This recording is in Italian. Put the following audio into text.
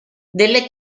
delle